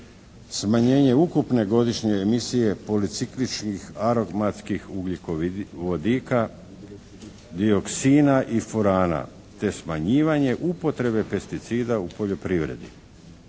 smanjenje ukupne godišnje emisije policikličkih aromatskih ugljikovodika, dioksina i furana, te smanjenje upotrebe pesticida u poljoprivredi.